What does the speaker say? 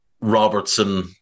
Robertson